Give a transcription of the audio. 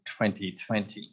2020